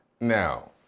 Now